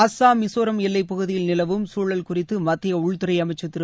அசாம் மிசோராம் எல்லைப் பகுதியில் நிலவும் சூழல் குறித்து மத்திய உள்துறை அமைச்சர் திரு